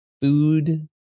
food